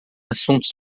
assuntos